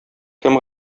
кем